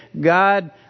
God